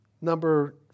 Number